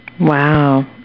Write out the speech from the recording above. Wow